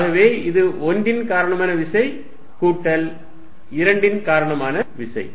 ஆகவே இது 1 ன் காரணமான விசை கூட்டல் 2 ன் காரணமான விசை